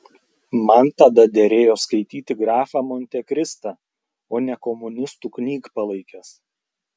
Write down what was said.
man tada derėjo skaityti grafą montekristą o ne komunistų knygpalaikes